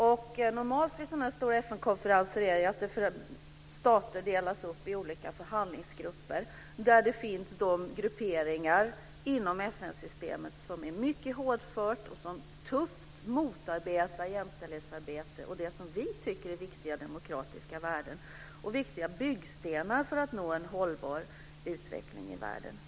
Det normala vid sådana här stora FN-konferenser är att staterna delas upp i olika förhandlingsgrupper, och det finns grupperingar inom FN-systemet som är mycket hårdföra och som tufft motarbetar jämställdhetsarbete och det som vi tycker är viktiga demokratiska värden och viktiga byggstenar för att nå en hållbar utveckling i världen.